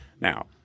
Now